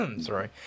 sorry